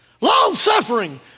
Long-suffering